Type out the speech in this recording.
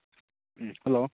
ꯎꯝ hello